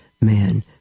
man